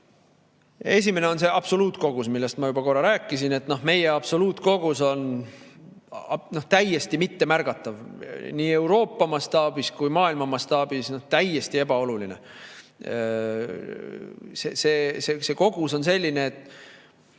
Esimene on see absoluutkogus, millest ma juba rääkisin, et meie absoluutkogus on täiesti mittemärgatav, nii Euroopa mastaabis kui ka maailma mastaabis täiesti ebaoluline. See kogus on selline, et